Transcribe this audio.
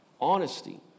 Honesty